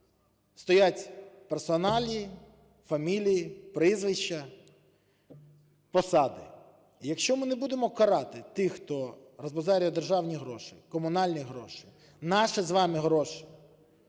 стоять персоналії, фамілії, прізвища, посади. І якщо ми не будемо карати тих, хто розбазарює державні гроші, комунальні гроші, наші з вами гроші,